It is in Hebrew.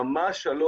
רמה 3,